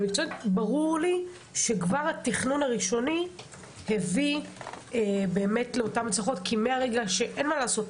ברור לי שכבר התכנון הראשוני הביא לאותן הצלחות כי אין מה לעשות,